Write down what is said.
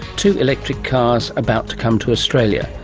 two electric cars about to come to australia.